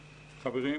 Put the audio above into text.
חברים,